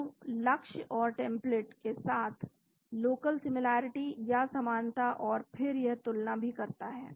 दोनों लक्ष्य और टेम्पलेट के साथ लोकल सिमिलरिटी या समानता और फिर यह तुलना भी करता है